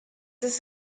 ist